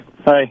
Hi